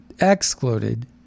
excluded